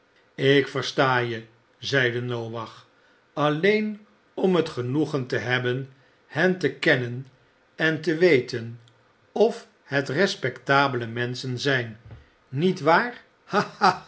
ik versta je zeide noach alleen om het genoegen te hebben hen te kennen en te weten of het respectabele rhenschen zijn niet waar